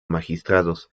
magistrados